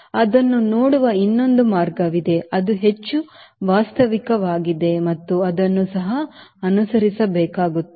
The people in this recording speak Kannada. ಅದನ್ನು ನೋಡುವ ಇನ್ನೊಂದು ಮಾರ್ಗವಿದೆ ಅದು ಹೆಚ್ಚು ವಾಸ್ತವಿಕವಾಗಿದೆ ಮತ್ತು ಅದನ್ನು ಸಹ ಅನುಸರಿಸಲಾಗುತ್ತಿದೆ